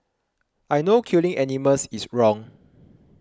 I know killing animals is wrong